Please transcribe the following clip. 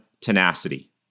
tenacity